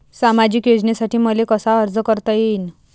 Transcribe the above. सामाजिक योजनेसाठी मले कसा अर्ज करता येईन?